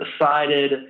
decided